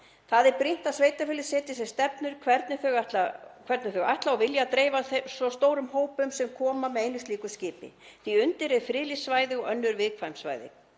Það er brýnt að sveitarfélögin setji sér stefnu um hvernig þau ætla og vilja dreifa svo stórum hópum sem koma með einu slíku skipi því að undir eru friðlýst svæði og önnur viðkvæm svæði.